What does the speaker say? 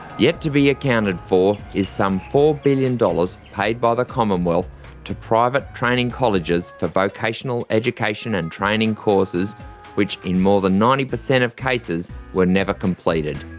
yet to be accounted for is some four billion dollars paid by the commonwealth to private training colleges for vocational education and training courses which in more than ninety percent of cases were never completed.